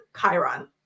Chiron